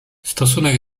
stosunek